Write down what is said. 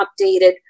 updated